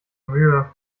mühe